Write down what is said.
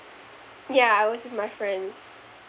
yeah I was with my friends